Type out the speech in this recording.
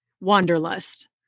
wanderlust